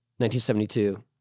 1972